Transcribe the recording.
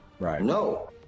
No